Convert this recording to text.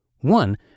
One